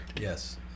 yes